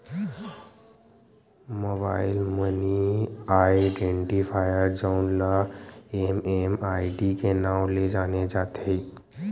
mobile money identifier जउन ल MMID के नांव ले जाने जाथे